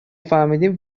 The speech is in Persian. فهمیدیم